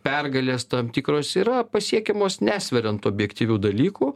pergalės tam tikros yra pasiekiamos nesveriant objektyvių dalykų